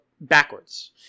backwards